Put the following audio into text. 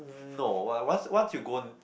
no once once you go